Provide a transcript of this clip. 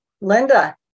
Linda